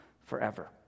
forever